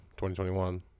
2021